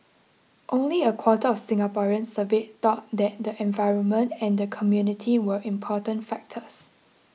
only a quarter of Singaporeans surveyed thought that the environment and the community were important factors